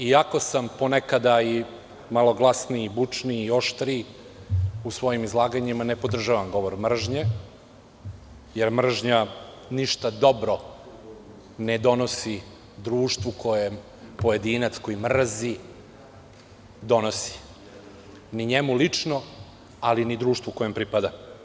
Iako sam ponekad malo glasniji, bučniji i oštriji u svojim izlaganjima, ne podržavam govor mržnje, jer mržnja ništa dobro ne donosi društvu koje pojedinac mrzi, ni njemu lično, ali ni društvu kojem pripada.